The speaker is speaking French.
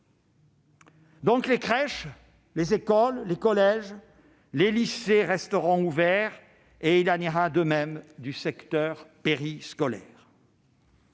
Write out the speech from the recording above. les crèches, les écoles, les collèges, les lycées resteront ouverts ; et il en ira de même du secteur périscolaire.